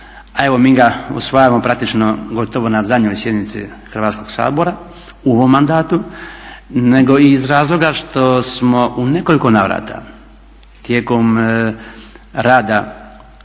evo mi ga usvajamo praktično gotovo na zadnjoj sjednici Hrvatskog sabora u ovom mandatu, nego i iz razloga što smo u nekoliko navrata tijekom rada